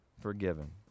forgiven